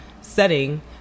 setting